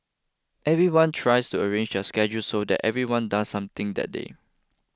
everyone tries to arrange their schedules so that everyone does something that day